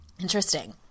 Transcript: Interesting